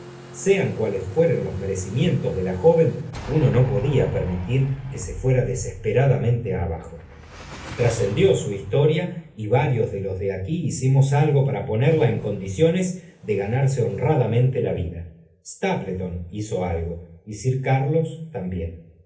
sean cuales fueren los merecimientos de la joven uno no podía permitir que so fuera desesperadamente abajó trascendió su historia y varios de los de aquí hicimos algo para ponería en condiciones de ganarise honradamente la vida s tapie ton hizo algo y sir carlos también